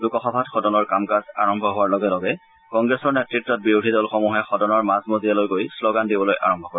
লোকসভাত সদনৰ কাম কাজ আৰম্ভ হোৱাৰ লগে লগে কংগ্ৰেছৰ নেতৃত্ত বিৰোধী দলসমূহে সদনৰ মাজ মজিয়ালৈ গৈ শ্লোগান দিবলৈ আৰম্ভ কৰে